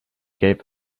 gave